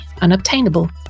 unobtainable